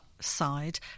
side